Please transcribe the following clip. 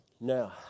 Now